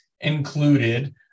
included